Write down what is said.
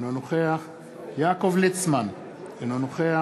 אינו נוכח יעקב ליצמן, אינו נוכח